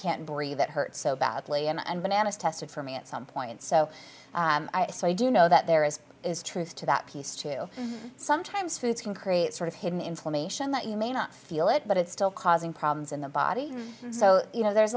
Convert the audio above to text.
can't breathe it hurts so badly and bananas tested for me at some point so so i do know that there is is truth to that piece too sometimes foods can create sort of hidden information that you may not feel it but it's still causing problems in the body so you know there's